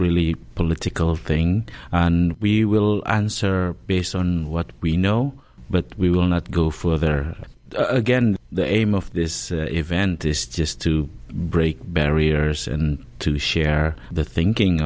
really a political thing and we will answer based on what we know but we will not go for it again the aim of this event is just to break barriers and to share the thinking